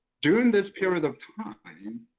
during this period of time, i mean